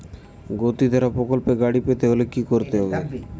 গতিধারা প্রকল্পে গাড়ি পেতে হলে কি করতে হবে?